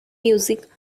music